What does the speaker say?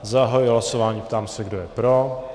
Zahajuji hlasování a ptám se, kdo je pro.